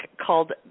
called